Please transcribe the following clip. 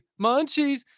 munchies